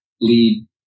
lead